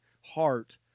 heart